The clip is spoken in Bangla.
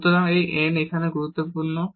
সুতরাং এই n এখানে গুরুত্বপূর্ণ